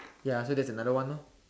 ya so that's another one loh